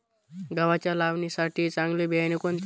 गव्हाच्या लावणीसाठी चांगले बियाणे कोणते?